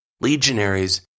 Legionaries